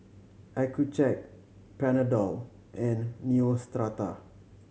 Accucheck Panadol and Neostrata